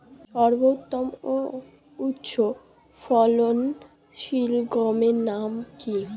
সর্বোত্তম ও উচ্চ ফলনশীল গমের নাম কি?